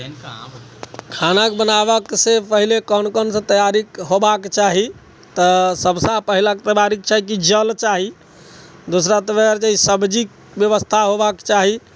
खाना बनाबैसँ पहिले कोन कोनसँ तैयारी होयबाके चाही तऽ सभसँ पहिले तैयारी छै कि जल चाही दोसरा तैयारी छै सब्जीके व्यवस्था होयबाक चाही